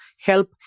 help